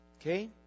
Okay